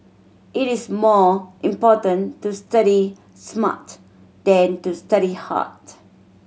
it is more important to study smart than to study hard